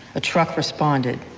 a truck responded,